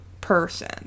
person